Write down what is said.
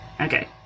Okay